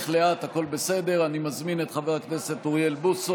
מס' 2230, 2234,